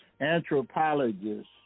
anthropologists